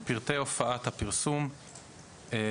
____________________ פרטי הופעת הפרסום ____________________.